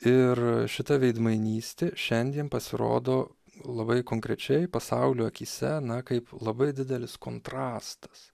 ir šita veidmainystė šiandien pasirodo labai konkrečiai pasaulio akyse na kaip labai didelis kontrastas